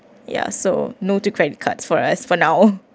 ya so no to credit cards for us for now